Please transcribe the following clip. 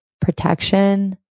protection